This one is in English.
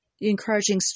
encouraging